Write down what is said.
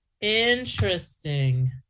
Interesting